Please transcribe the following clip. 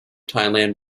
thailand